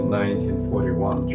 1941